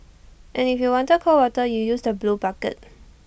and if you wanted cold water you use the blue bucket